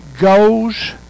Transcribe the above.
goes